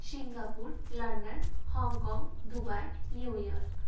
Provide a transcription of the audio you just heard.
Singapore London Hong Kong Dubai New York